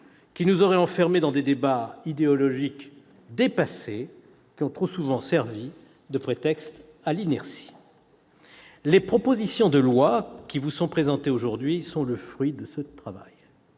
qui nous auraient enfermés dans des débats idéologiques dépassés ayant trop souvent servi de prétexte à l'inertie. Les propositions de loi qui vous sont présentées sont le fruit de ce travail.